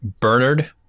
Bernard